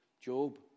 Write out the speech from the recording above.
Job